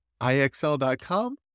IXL.com